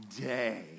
day